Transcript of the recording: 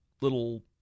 little